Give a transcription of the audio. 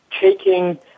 taking